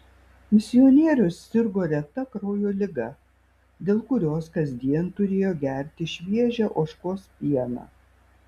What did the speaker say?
misionierius sirgo reta kraujo liga dėl kurios kasdien turėjo gerti šviežią ožkos pieną